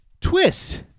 Twist